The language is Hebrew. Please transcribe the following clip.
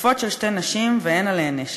גופות של שתי נשים ואין עליהן נשק.